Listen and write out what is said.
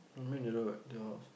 I mean the road to your house